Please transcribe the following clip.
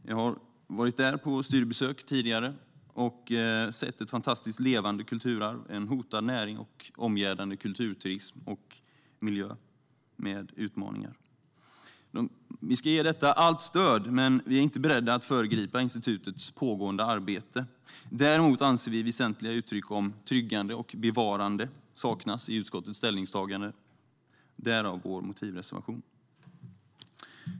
Jag har varit där på studiebesök och sett ett fantastiskt levande kulturarv, en hotad näring med omgivande kulturturism och miljö med utmaningar. Vi ska ge detta allt stöd, men vi är inte beredda att föregripa institutets pågående arbete. Däremot anser vi att väsentliga uttryck om tryggande och bevarande saknas i utskottets ställningstagande, därav vår motivreservation.